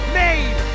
made